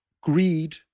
greed